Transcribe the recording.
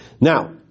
Now